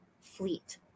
fleet